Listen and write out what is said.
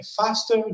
faster